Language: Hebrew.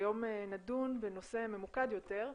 היום נדון בנושא ממוקד יותר,